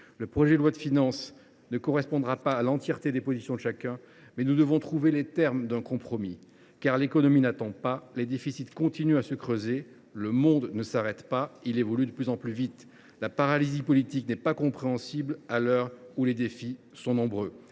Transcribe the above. Le projet de loi de finances ne correspondra pas à l’entièreté des positions de chacun, mais nous devons trouver les termes d’un compromis. L’économie, en effet, n’attend pas : les déficits continuent de se creuser. Le monde ne s’arrête pas : il évolue de plus en plus vite. La paralysie politique n’est pas compréhensible à l’heure où les défis sont nombreux.